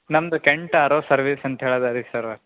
ನಮ್ದು Kent R O service ಅಂತ ಹೇಳ್ದರಿ ಸರ್ರ್